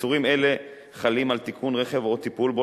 איסורים אלה חלים על תיקון רכב או טיפול בו,